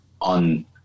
on